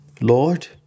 Lord